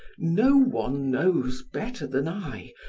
no one knows better than i,